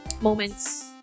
moments